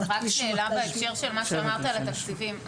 רק שאלה בהקשר של מה שאמרת על התקציבים.